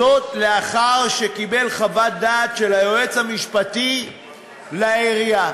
לאחר שקיבל חוות דעת של היועץ המשפטי לעירייה.